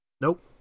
Nope